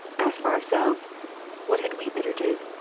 as for ourselves what had we better do?